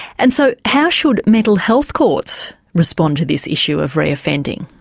and so how should mental health courts respond to this issue of reoffending?